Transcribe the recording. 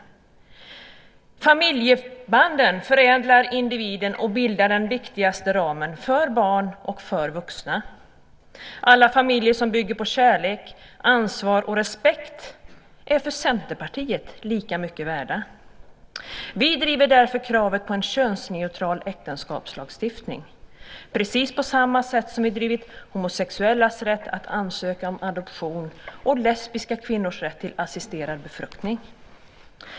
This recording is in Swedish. Familjebanden förädlar individen och bildar den viktigaste ramen för barn och för vuxna. Alla familjer som bygger på kärlek, ansvar och respekt är för Centerpartiet lika mycket värda, och vi driver därför kravet på en könsneutral äktenskapslagstiftning, precis på samma sätt som vi drivit homosexuellas rätt att ansöka om adoption och lesbiska kvinnors rätt till assisterad befruktning.